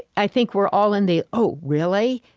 i think, we're all in the oh, really?